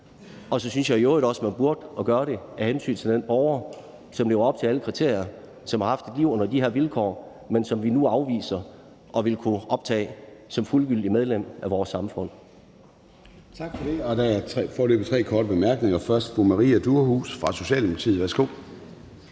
Jeg synes i øvrigt også, at man burde gøre det af hensyn til den borger, som lever op til alle kriterier, og som har haft et liv under de her vilkår, men som vi nu afviser at optage som fuldgyldigt medlem af vores samfund.